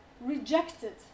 rejected